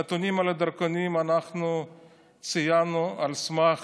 שאת הנתונים על הדרכונים אנחנו ציינו על סמך